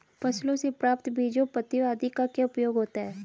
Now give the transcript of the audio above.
फसलों से प्राप्त बीजों पत्तियों आदि का क्या उपयोग होता है?